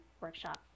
workshop